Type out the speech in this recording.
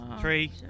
Three